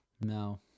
No